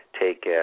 take